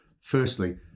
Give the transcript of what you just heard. firstly